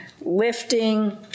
lifting